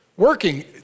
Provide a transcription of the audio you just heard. Working